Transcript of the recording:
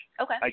Okay